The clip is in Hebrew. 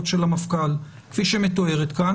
כי הסיטואציה